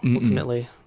ultimately.